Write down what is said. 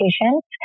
patients